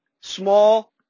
small